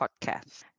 podcast